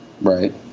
Right